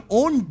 own